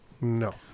No